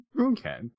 Okay